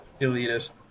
elitist